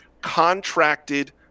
contracted